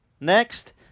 Next